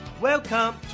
welcome